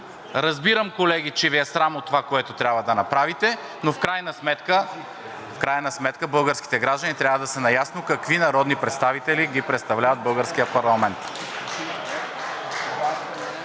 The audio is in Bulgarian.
Разбирам, колеги, че Ви е срам от това, което трябва да направите, но в крайна сметка българските граждани трябва да са наясно какви народни представители ги представляват в българския парламент.